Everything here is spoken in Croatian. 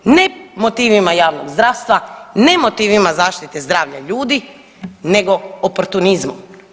Ne motivima javnog zdravstva, ne motivima zaštite zdravlja ljudi nego oportunizmom.